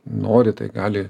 nori tai gali